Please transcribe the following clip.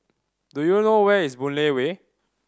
do you know where is Boon Lay Way